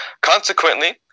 Consequently